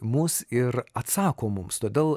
mus ir atsako mums todėl